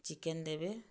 chicken ଦେବେ